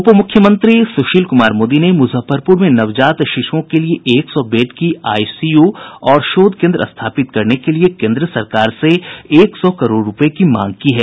उपमुख्यमंत्री सुशील कुमार मोदी ने मुजफ्फरपुर में नवजात शिशुओं के लिए एक सौ बेड की आईसीयू और शोध केंद्र स्थापित करने के लिए केंद्र सरकार से एक सौ करोड़ रूपये की मांग की है